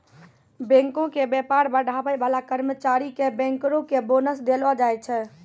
बैंको के व्यापार बढ़ाबै बाला कर्मचारी के बैंकरो के बोनस देलो जाय छै